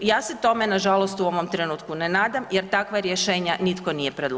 Ja se tome nažalost u ovom trenutku ne nadam jer takva rješenja nitko nije predložio.